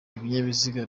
ibinyabiziga